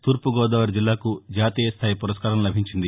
తూర్పు గోదావరి జిల్లాకు జాతీయ స్థాయి పురస్కారం లభించింది